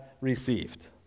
received